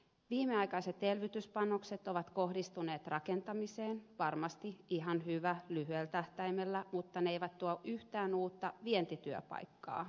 viimeaikaiset elvytyspanokset ovat kohdistuneet rakentamiseen varmasti ihan hyvä lyhyellä tähtäimellä mutta ne eivät tuo yhtään uutta vientityöpaikkaa maallemme